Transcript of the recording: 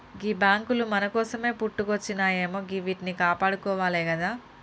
గీ బాంకులు మన కోసమే పుట్టుకొచ్జినయాయె గివ్విట్నీ కాపాడుకోవాలె గదా